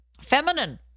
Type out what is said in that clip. Feminine